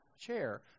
chair